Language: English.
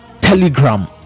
Telegram